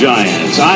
Giants